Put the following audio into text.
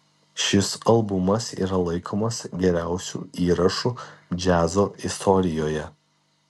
šis albumas yra laikomas geriausiu įrašu džiazo istorijoje